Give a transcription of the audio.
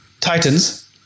Titans